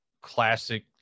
classic